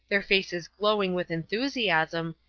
their faces glowing with enthusiasm,